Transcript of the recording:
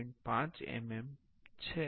5 mm છે